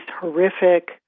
horrific